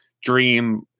dream